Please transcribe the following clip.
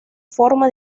forma